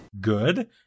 Good